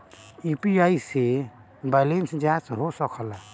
UPI से balance जाँच हो सके ला?